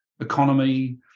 economy